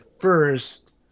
first